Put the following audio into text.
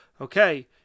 okay